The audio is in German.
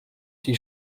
die